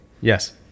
Yes